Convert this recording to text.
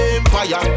Empire